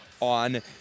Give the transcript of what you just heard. On